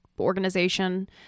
organization